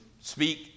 speak